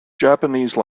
japanese